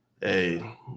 Hey